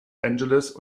angeles